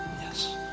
yes